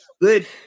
good